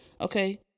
okay